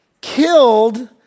killed